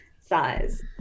size